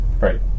Right